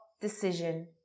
decision